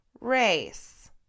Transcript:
race